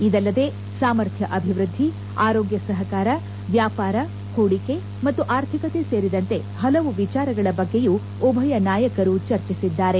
ಇದಲ್ಲದೆ ಸಾಮರ್ಥ್ಯ ಅಭಿವೃದ್ಧಿ ಆರೋಗ್ಯ ಸಪಕಾರ ವ್ಯಾಪಾರ ಪೂಡಿಕೆ ಮತ್ತು ಆರ್ಥಿಕತೆ ಸೇರಿದಂತೆ ಪಲವು ವಿಚಾರಗಳ ಬಗ್ಗೆಯೂ ಉಭಯ ನಾಯಕರು ಚರ್ಚಿಸಿದ್ದಾರೆ